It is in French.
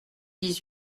dix